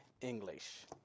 English